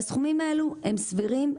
והסכומים האלה הם סבירים.